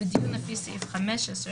בדיון לפי סעיף 15,